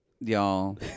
Y'all